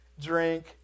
drink